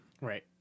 Right